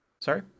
Sorry